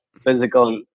physical